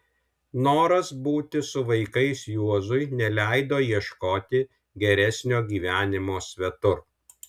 noras būti su vaikais juozui neleido ieškoti geresnio gyvenimo svetur